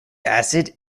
acid